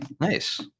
Nice